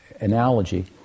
analogy